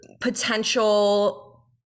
potential